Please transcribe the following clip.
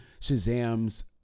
Shazam's